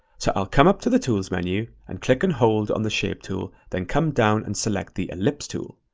so i'll come up to the tools menu and click and hold on the shape tool, then come down and select the ellipse tool.